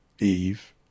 Eve